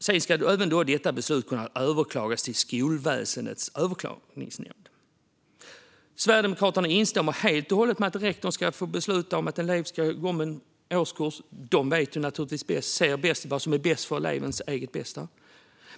Detta beslut ska sedan kunna överklagas till ?Skolväsendets överklagandenämnd. Sverigedemokraterna instämmer helt och hållet i att rektorn ska få besluta om att en elev ska gå om en årskurs. Rektorn vet naturligtvis bäst och ser vad som är elevens eget bästa.